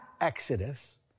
Exodus